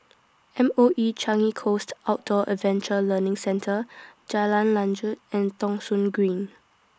M O E Changi Coast Outdoor Adventure Learning Centre Jalan Lanjut and Thong Soon Green